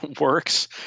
works